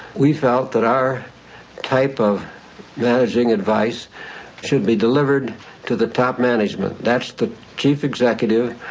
we felt that our type of managing advice should be delivered to the top management. that's the chief executive.